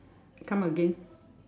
come again